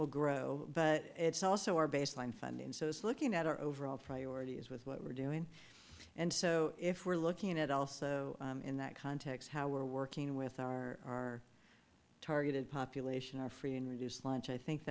will grow but it's also our baseline funding so it's looking at our overall priorities with what we're doing and so if we're looking at also in that context how we're working with our targeted population are free and reduced lunch i think